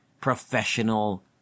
professional